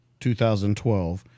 2012